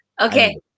Okay